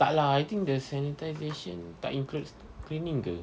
tak lah I think the sanitisation tak include cleaning ke